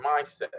mindset